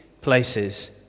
places